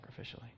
sacrificially